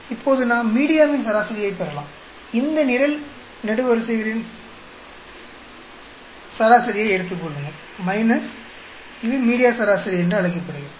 இப்போது நாம் மீடியாவின் சராசரியைப் பெறலாம் இந்த நிரல்நெடுவரிசைகளின் சராசரியை எடுத்துக் கொள்ளுங்கள் இது மீடியா சராசரி என்று அழைக்கப்படுகிறது